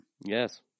Yes